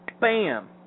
bam